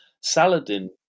Saladin